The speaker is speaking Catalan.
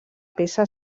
peça